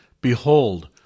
Behold